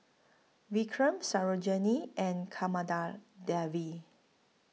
Vikram Sarojini and Kamada Devi